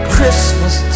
Christmas